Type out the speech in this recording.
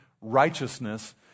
righteousness